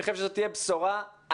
אני חושב שזאת תהיה בשורה ענקית